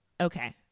Okay